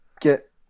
get